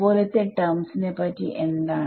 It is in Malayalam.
പോലത്തെ ടെർമ്സ് നെ പറ്റി എന്താണ്